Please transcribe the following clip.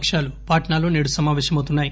పక్షాలు పాట్సాలో సేడు సమావేశమౌతున్నాయి